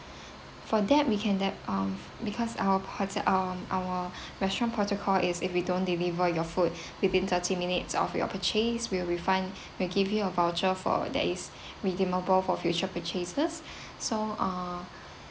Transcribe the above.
for that we can tap um because our pro~ uh our restaurant protocol is if we don't deliver your food within thirty minutes of your purchase will refund will give you a voucher for there is redeemable for future purchases so ah